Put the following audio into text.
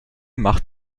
macht